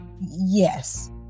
yes